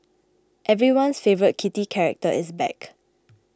everyone's favourite kitty character is back